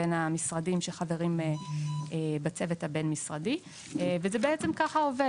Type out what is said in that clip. בין המשרדים שחברים בצוות הבין משרדי ובעצם ככה זה עובד.